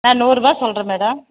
நான் நூறுரூவா சொல்கிறேன் மேடம்